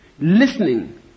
listening